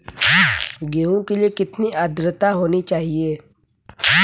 गेहूँ के लिए कितनी आद्रता होनी चाहिए?